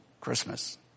Christmas